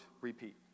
repeat